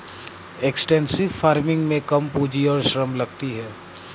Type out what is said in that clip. extensive farming में कम पूंजी और श्रम लगती है